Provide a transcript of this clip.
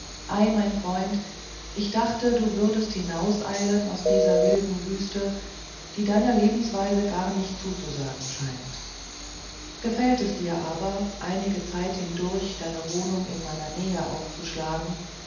ei mein freund ich dachte du würdest hinauseilen aus dieser wilden wüste die deiner lebensweise gar nicht zuzusagen scheint gefällt es dir aber einige zeit hindurch deine wohnung in meiner nähe aufzuschlagen